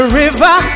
river